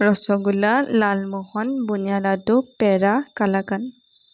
ৰসগোল্লা লালমোহন বুন্দিয়া লাডু পেৰা কালাকান